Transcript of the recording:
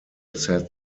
sad